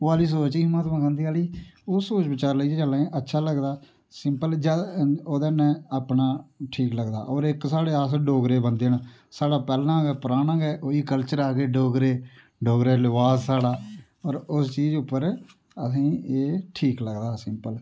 ओह् आह्ली ओह् सोच बचार लेइयै चलने आं अच्छा लगदा सिंपल जादा ओह्दे नै अपना ठीक लगदा पर इक साढ़े अस डोगरे आं साढ़ा पैह्लां गै पराना गै ओह् ई कल्चर ऐ असें डोगरें डोगरे लबास साढ़ा और चीज उप्पर असेंई एह् ठीक लगदा असें ई